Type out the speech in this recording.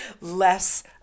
less